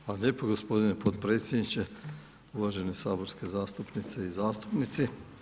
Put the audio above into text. Hvala lijepo gospodine potpredsjedniče, uvažene saborske zastupnice i zastupnici.